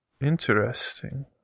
Interesting